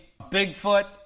Bigfoot